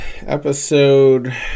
episode